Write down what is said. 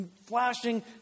flashing